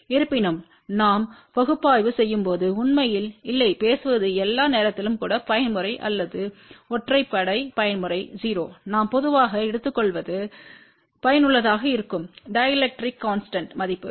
இருப்பினும் நாம் பகுப்பாய்வு செய்யும்போது உண்மையில் இல்லை பேசுவது எல்லா நேரத்திலும் கூட பயன்முறை அல்லது ஒற்றைப்படை பயன்முறை0 நாம் பொதுவாக எடுத்துக்கொள்வது பயனுள்ளதாக இருக்கும் டிஎலெக்ட்ரிக் கான்ஸ்டன்ட் மதிப்பு